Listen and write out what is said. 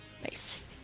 Nice